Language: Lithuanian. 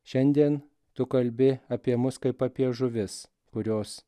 šiandien tu kalbi apie mus kaip apie žuvis kurios